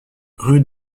rue